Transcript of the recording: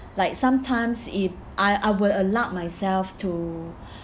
like sometimes if I I will allowed myself to